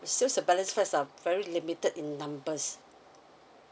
sales of balance flats are very limited in numbers